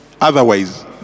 otherwise